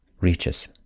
reaches